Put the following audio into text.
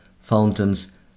fountains